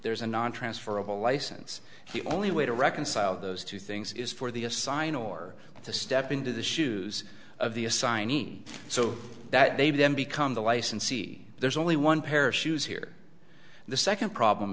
there's a nontransferable license he only way to reconcile those two things is for the assign or to step into the shoes of the assignee so that they then become the licensee there's only one pair of shoes here the second problem